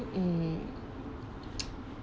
mm